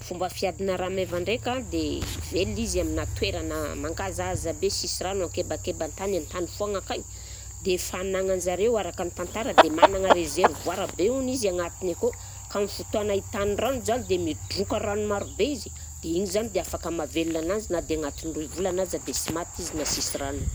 Fomba fiadiana rameva ndraika dia velona izy amina toerana mankazahaza be sisy rano ankebankeban-tagny an-tany foagna akay, dia fanagnany zareo araka ny tantara dia manana rezervoara be hono izy agnatiny akao ka amin'ny fotoagna ahitany rano zany dia midroka rano marobe izy dia iny zany dia afaka mahavelona ananjy na dia anatin'ny roy volana aza dia sy maty izy na sisy rano